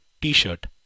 T-shirt